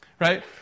right